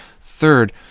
Third